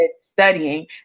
studying